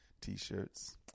T-shirts